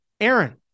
Aaron